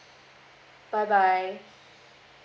bye bye